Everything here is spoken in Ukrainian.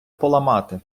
поламати